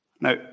Now